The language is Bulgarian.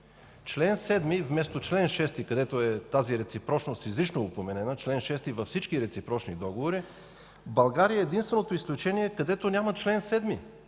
Член 7, вместо чл. 6, където тази реципрочност е изрично упомената, та в чл. 6 във всички реципрочни договори България е единственото изключение, където няма чл. 7,